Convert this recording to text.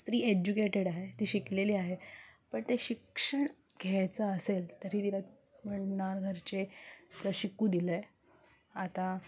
स्त्री एज्युकेटेड आहे ती शिकलेली आहे पण ते शिक्षण घ्यायचं असेल तरी तिला म्हणणार घरचे शिकू दिलं आहे आता